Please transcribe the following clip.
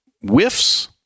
whiffs